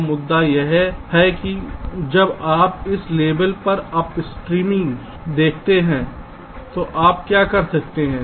अब मुद्दा यह है कि जब आप इस लेवल पर स्ट्रक्टरिंग देखते हैं तो आप क्या कर सकते हैं